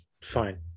fine